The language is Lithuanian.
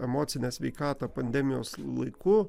emocinę sveikatą pandemijos laiku